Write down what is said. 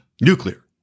nuclear